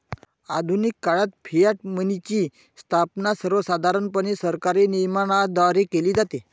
आधुनिक काळात फियाट मनीची स्थापना सर्वसाधारणपणे सरकारी नियमनाद्वारे केली जाते